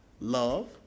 love